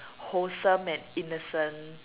wholesome and innocent